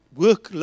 work